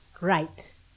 right